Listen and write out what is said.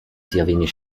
zjawienie